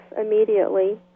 immediately